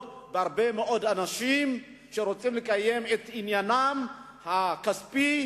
בהרבה מאוד אנשים שרוצים לקיים את הדיון בעניינם הכספי,